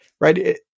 right